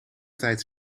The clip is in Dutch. tijd